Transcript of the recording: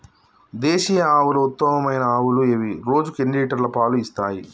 దేశీయ ఆవుల ఉత్తమమైన ఆవులు ఏవి? రోజుకు ఎన్ని లీటర్ల పాలు ఇస్తాయి?